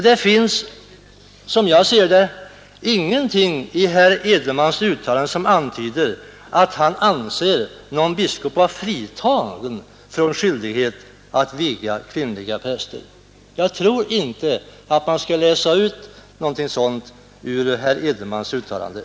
Det finns som jag ser det ingenting i herr Edenmans uttalande som antyder att han anser någon biskop vara fritagen från skyldigheten att prästviga kvinnor. Jag tror inte man skall försöka läsa ut något sådant ur herr Edenmans uttalande.